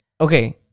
Okay